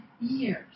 years